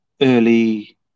early